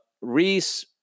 Reese